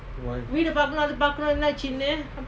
why